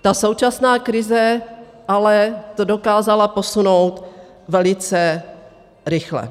Ta současná krize to ale dokázala posunout velice rychle.